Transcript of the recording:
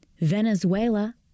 Venezuela